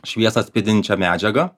šviesą atspindinčia medžiaga